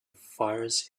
fires